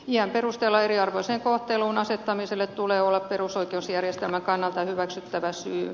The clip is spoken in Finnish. iän perusteella eriarvoiseen kohteluun asettamiselle tulee olla perusoikeusjärjestelmän kannalta hyväksyttävä syy